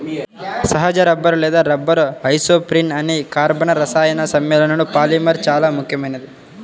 సహజ రబ్బరు లేదా rubber isoprene అనే కర్బన రసాయన సమ్మేళనపు పాలిమర్ చాలా ముఖ్యమైనది